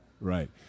Right